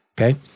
Okay